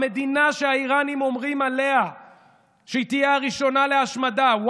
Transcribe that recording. המדינה שהאיראנים אומרים עליה שהיא תהיה הראשונה להשמדה,